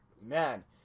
man